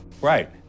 Right